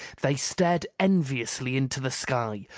they stared enviously into the sky,